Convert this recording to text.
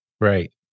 Right